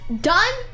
done